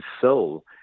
soul